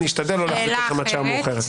אני אשתדל לא להחזיק אתכם עד שעה מאוחרת.